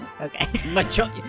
Okay